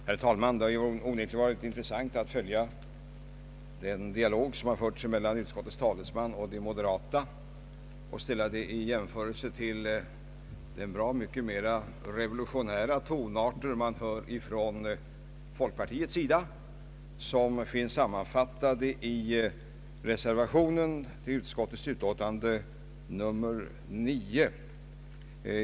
Herr talman! Det har onekligen varit intressant att följa den dialog som förts mellan utskottets talesman och representanterna för moderata samlingspartiet och att jämföra den med de ytligt sett bra mycket mera revolutionära tankegångar som folkpartiet framfört och som finns sammanfattade i den vid utrikesutskottets utlåtande nr 9 fogade reservationen. Det visar en stor spännvidd inom den borgerliga oppositionen.